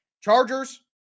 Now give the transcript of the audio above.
Chargers